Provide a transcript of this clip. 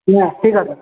হ্যাঁ ঠিক আছে